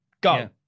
go